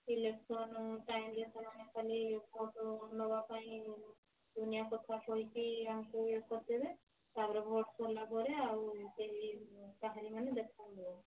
election ଟାଇମ୍ରେ ସେମାନେ ଖାଲି ଭୋଟ୍ ନେବା ପାଇଁ ଦୁନିଆ କଥା କହିକି ଆମକୁ ଇଏ କରିଦେବେ ତା'ପରେ ଭୋଟ୍ ସରିଲା ପରେ କାହାର ଆଉ ଦେଖା ନାହିଁ